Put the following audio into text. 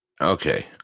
Okay